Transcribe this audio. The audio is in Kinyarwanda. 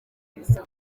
neza